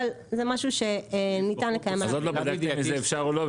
אבל זה משהו שניתן לקיים --- אז עוד לא בדקתם אם זה אפשר או לא,